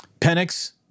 Penix